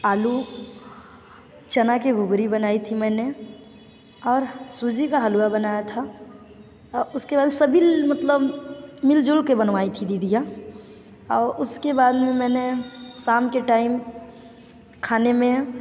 आलू चना के घूगरी बनाई थी मैंने और सूजी का हलवा बनाया था उसके बाद सभी ल मतलब मिल जुल के बनवाईं थी दीदीयाँ और उसके बाद में मैंने शाम के टाइम खाने में